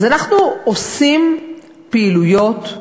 אז אנחנו עושים פעילויות.